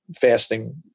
fasting